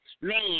man